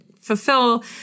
fulfill